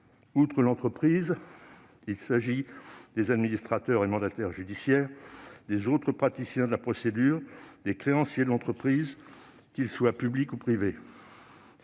Outre l'entreprise, il s'agit des administrateurs et mandataires judiciaires, des autres praticiens de la procédure et des créanciers de l'entreprise, qu'ils soient publics ou privés.